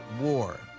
war